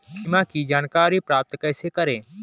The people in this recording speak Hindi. बीमा की जानकारी प्राप्त कैसे करें?